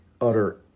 utter –